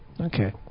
Okay